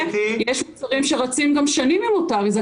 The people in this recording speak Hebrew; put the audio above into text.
יש מוצרים שרצים גם שנים עם אותה אריזה,